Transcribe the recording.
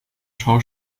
schau